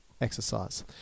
exercise